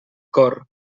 cor